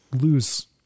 lose –